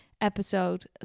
episode